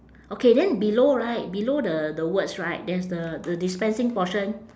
okay then below right below the the words right there's the the dispensing portion